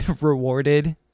rewarded